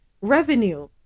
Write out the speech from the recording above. revenue